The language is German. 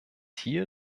hier